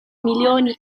milioni